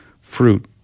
fruit